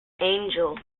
angel